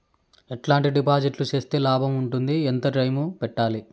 ఎట్లాంటి డిపాజిట్లు సేస్తే లాభం ఉంటుంది? ఎంత టైము పెట్టాలి?